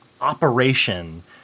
operation